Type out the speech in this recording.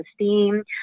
esteem